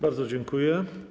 Bardzo dziękuję.